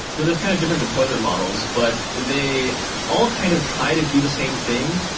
so there're kind of different deployment models, but they all kind of try to do the same thing,